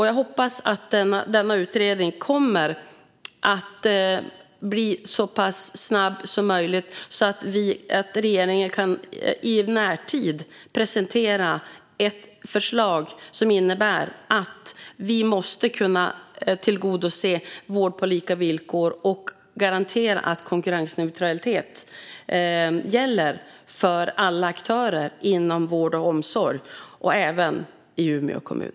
Jag hoppas att den kommer att vara så snabb som möjligt så att regeringen i närtid kan presentera ett förslag som innebär att vi måste kunna tillgodose vård på lika villkor och garantera att konkurrensneutralitet gäller för alla aktörer inom vård och omsorg, även i Umeå kommun.